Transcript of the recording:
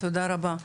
תודה רבה.